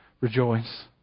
Rejoice